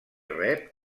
rep